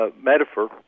Metaphor